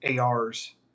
ARs